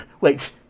Wait